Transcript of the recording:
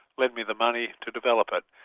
lend me the money to develop it.